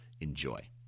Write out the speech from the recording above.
enjoy